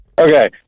Okay